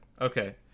okay